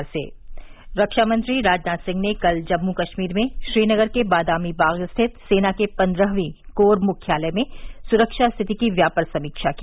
राजनाथ सिंह रक्षा मंत्री राजनाथ सिंह ने कल जम्मू कश्मीर में श्रीनगर के बादामी बाग स्थित सेना के पन्द्रहवीं कोर मुख्यालय में सुरक्षा स्थिति की व्यापक समीक्षा की